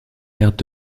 pertes